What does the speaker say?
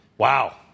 Wow